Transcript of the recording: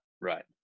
Right